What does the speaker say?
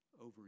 over